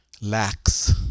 lacks